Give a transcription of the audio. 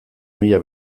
mila